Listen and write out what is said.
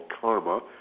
karma